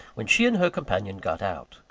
when she and her companion got out.